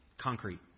concrete